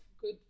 good